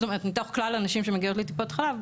זאת אומרת מתוך כלל הנשים שמגיעות לטיפת חלב,